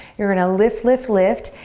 you're gonna lift, lift, lift.